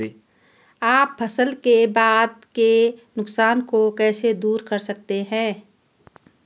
आप फसल के बाद के नुकसान को कैसे दूर करते हैं?